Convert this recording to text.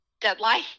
deadline